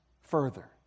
further